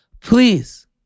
please